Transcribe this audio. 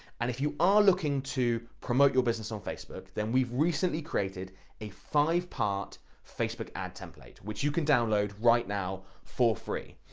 and if you are looking to promote your business on facebook, then we've recently created a five part facebook ad template, which you can download right now for free.